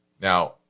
Now